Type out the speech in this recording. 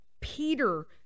Peter